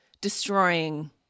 destroying